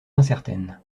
incertaine